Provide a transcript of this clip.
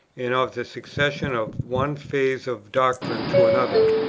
and of the succession of one phase of doctrine to another,